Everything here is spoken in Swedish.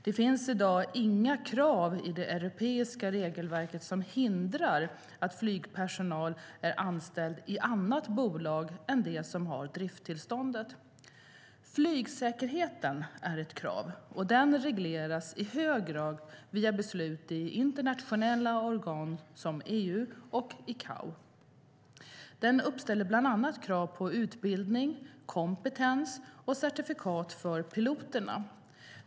Det finns i dag inga krav i det europeiska regelverket som hindrar att flygpersonal är anställd i annat bolag än det som har drifttillståndet. Flygsäkerheten är ett krav, och den regleras i hög grad via beslut i internationella organ som EU och Icao. Den uppställer bland annat krav på utbildning, kompetens och certifikat för piloterna.